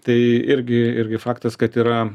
tai irgi irgi faktas kad yra